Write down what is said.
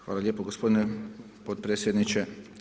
Hvala lijepo gospodine potpredsjedniče.